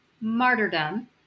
martyrdom